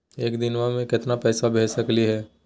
एक दिनवा मे केतना पैसवा भेज सकली हे?